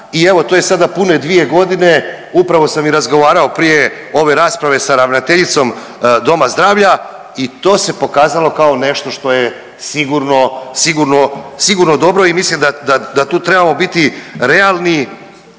i evo to je sada pune dvije godine, upravo sam i razgovarao prije ove rasprave sa ravnateljicom doma zdravlja i to se pokazalo kao nešto što je sigurno, sigurno, sigurno dobro i mislim da tu trebamo biti realni